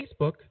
Facebook